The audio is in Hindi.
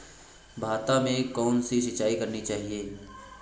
भाता में कौन सी सिंचाई करनी चाहिये?